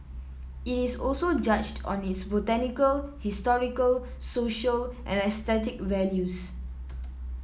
it is also judged on its botanical historical social and aesthetic values